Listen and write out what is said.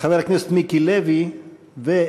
חבר הכנסת מיקי לוי ואת